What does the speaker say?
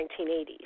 1980s